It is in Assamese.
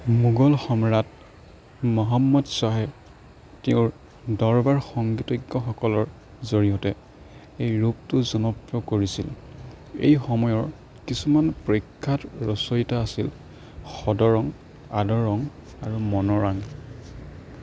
মোগল সম্ৰাট মহম্মদ শ্বাহে তেওঁৰ দৰবাৰ সংগীতজ্ঞসকলৰ জৰিয়তে এই ৰূপটো জনপ্ৰিয় কৰিছিল এই সময়ৰ কিছুমান প্ৰখ্যাত ৰচয়িতা আছিল সদৰং আদৰং আৰু মনৰাং